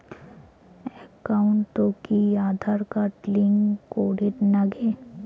একাউন্টত কি Aadhaar card link করের নাগে?